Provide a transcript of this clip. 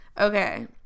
Okay